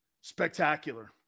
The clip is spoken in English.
spectacular